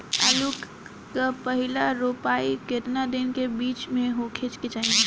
आलू क पहिला रोपाई केतना दिन के बिच में होखे के चाही?